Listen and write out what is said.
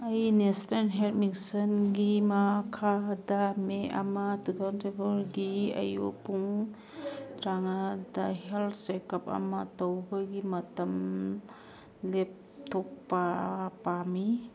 ꯑꯩ national health ꯃꯤꯁꯟꯒꯤ ꯃꯈꯥꯗ ꯃꯦ ꯑꯃ ꯇꯨ ꯊꯥꯎꯖꯟ ꯇ꯭ꯋꯦꯟꯇꯤ ꯐꯣꯔꯒꯤ ꯑꯌꯨꯛ ꯄꯨꯡ ꯇꯔꯥꯃꯉꯥꯗ ꯍꯦꯜꯠ ꯆꯦꯛꯑꯞ ꯑꯃ ꯇꯧꯕꯒꯤ ꯃꯇꯝ ꯂꯦꯞꯊꯣꯛꯄ ꯄꯥꯝꯃꯤ